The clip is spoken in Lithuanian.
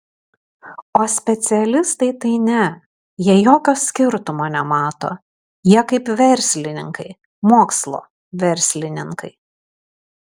o specialistai tai ne jie jokio skirtumo nemato jie kaip verslininkai mokslo verslininkai